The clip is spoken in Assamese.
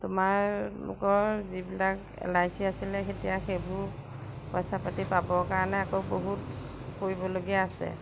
তোমালোকৰ যিবিলাক এল আই চি আছিলে এতিয়া সেইবোৰ পইচা পাতি পাবৰ কাৰণে আকৌ বহুত কৰিবলগীয়া আছে